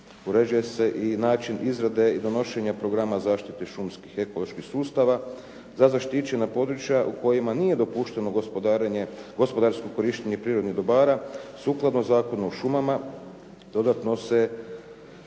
Uređuje se i način izrade i donošenja programa o zaštiti šumskih ekoloških sustava za zaštićena područja u kojima nije dopušteno gospodarsko korištenje prirodnih dobar sukladno Zakonu o šumama dodatno se